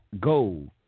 go